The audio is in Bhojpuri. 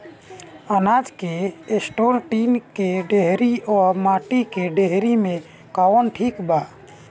अनाज के स्टोर टीन के डेहरी व माटी के डेहरी मे कवन ठीक बा?